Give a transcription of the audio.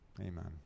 Amen